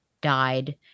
died